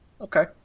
Okay